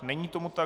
Není tomu tak.